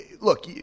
look